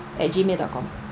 at gmail dot com